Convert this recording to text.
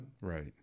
Right